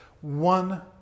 one